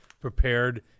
prepared